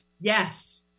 Yes